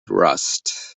rust